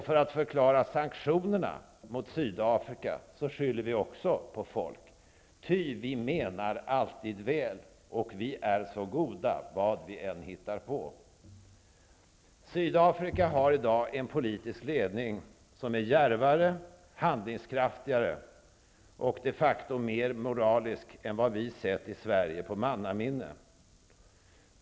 För att förklara sanktionerna mot Sydafrika skyller vi också på folk, ty vi menar alltid väl, och vi är så goda vad vi än hittar på. Sydafrika har i dag en politisk ledning som är djärvare, handlingskraftigare och de facto mer moralisk än vad vi sett i Sverige i mannaminne.